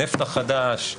הנפט החדש,